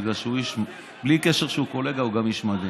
בגלל שבלי קשר לזה שהוא קולגה הוא גם איש מדהים,